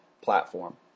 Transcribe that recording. platform